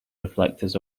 reflectors